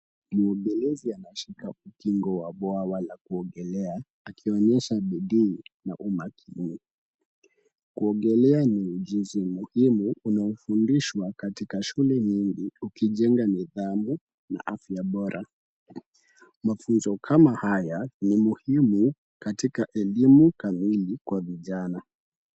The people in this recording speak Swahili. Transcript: Mwogelezi anashika ukingo wa ubwawa wa kuogelea, akionyesha bidii na umakini. Kuogelea ni jinsi muhimu unayofundishwa katika shule nyingi ukijenga nidhamu na afya bora. Mafunzo kama haya ni muhimu katika elimu kamili kwa vijana.